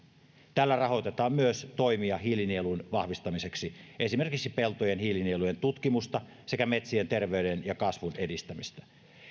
tällä rahoitetaan myös toimia hiilinielun vahvistamiseksi esimerkiksi peltojen hiilinielujen tutkimusta sekä metsien terveyden ja kasvun edistämistä